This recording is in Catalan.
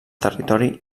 territori